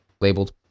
labeled